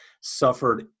suffered